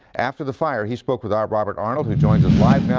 after the fire, he spoke with our robert arnold who joins us live.